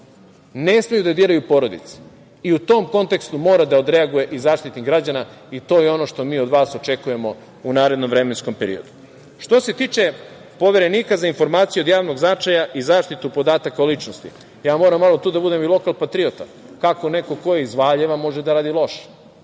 Ne smeju da diraju porodice. I u tom kontekstu mora da odreaguje i Zaštitnik građana. I to je ono što mi od vas očekujemo u narednom vremenskom periodu. Što se tiče Poverenika za informacije od javnog značaja i zaštitu podataka o ličnosti, ja moram malo tu da budem i lokal patriota, kako neko ko je iz Valjeva može da radi loše,